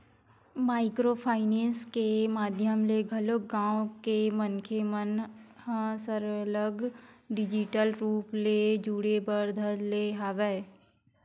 micro finance के माधियम ले घलो गाँव के मनखे मन ह सरलग डिजिटल रुप ले जुड़े बर धर ले हवय